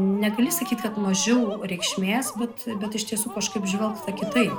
negali sakyt kad mažiau reikšmės bet bet iš tiesų kažkaip žvelgta kitaip